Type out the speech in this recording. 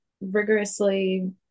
rigorously